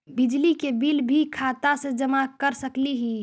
बिजली के बिल भी खाता से जमा कर सकली ही?